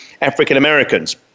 African-Americans